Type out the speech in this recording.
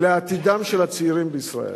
לעתידם של הצעירים בישראל.